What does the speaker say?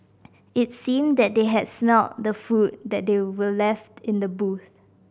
it seemed that they had smelt the food that they were left in the boot